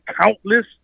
countless